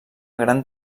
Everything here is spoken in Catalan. gran